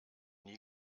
nie